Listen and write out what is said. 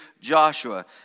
Joshua